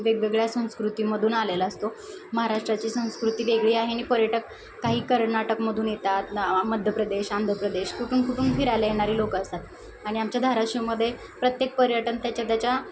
वेगवेगळ्या संस्कृतीमधून आलेला असतो महाराष्ट्राची आणि पर्यटक काही कर्नाटकमधून येतात मध्यप्रदेश आंध्रप्रदेश कुठून कुठून फिरायला येणारे लोक असतात आणि आमच्या धाराशिवमध्ये प्रत्येक पर्यटन त्याच्या त्याच्या